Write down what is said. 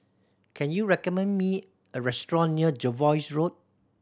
can you recommend me a restaurant near Jervois Road